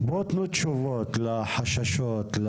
בוא תנו תשובות לחששות,